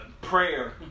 prayer